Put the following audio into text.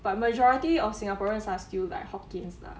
but majority of singaporeans are still like hokkien's lah